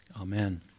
Amen